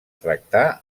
tractar